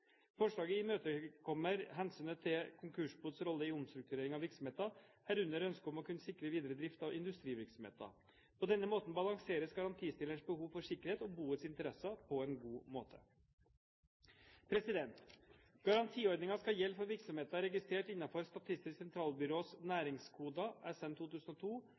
Forslaget imøtekommer hensynet til konkursboets rolle i omstrukturering av virksomheter, herunder ønsket om å kunne sikre videre drift av industrivirksomheter. På denne måten balanseres garantistillerens behov for sikkerhet og boets interesser på en god måte. Garantiordningen skal gjelde for virksomheter registrert innenfor Statistisk sentralbyrås